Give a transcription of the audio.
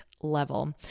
level